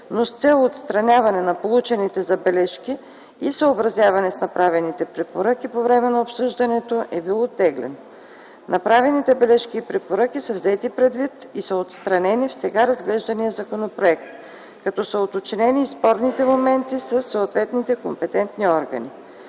но с цел отстраняване на получените забележки и съобразяване с направените препоръки по време на обсъждането е бил оттеглен. Направените бележки и препоръки са взети предвид и са отразени в сега разглеждания законопроект, като са уточнени и спорните моменти със съответните компетентни органи.